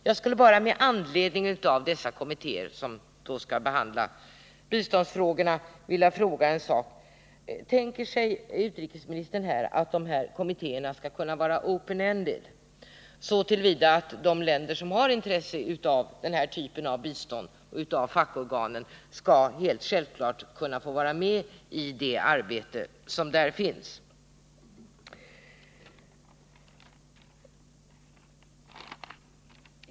Jag skulle här vilja fråga: Tänker sig utrikesministern att dessa kommittéer skall vara ”open ended” så till vida att de länder som har intresse av den här typen av bistånd och av fackorganen självfallet skall få vara med i detta arbete?